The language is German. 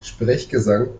sprechgesang